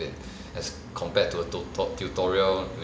it as compared to a to~ tu~ tutorial